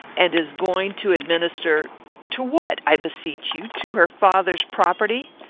and is going to administer to what, i beseech you? to her father's property?